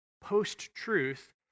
Post-truth